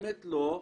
האמת לא,